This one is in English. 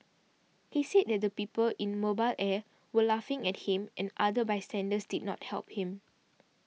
he said that the people in Mobile Air were laughing at him and other bystanders did not help him